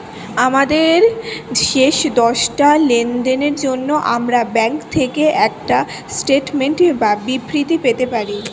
আমাদের শেষ দশটা লেনদেনের জন্য আমরা ব্যাংক থেকে একটা স্টেটমেন্ট বা বিবৃতি পেতে পারি